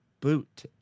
boot